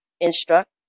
instruct